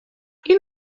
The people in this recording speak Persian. این